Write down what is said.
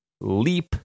Leap